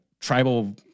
tribal